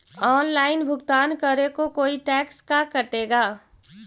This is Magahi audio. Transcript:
ऑनलाइन भुगतान करे को कोई टैक्स का कटेगा?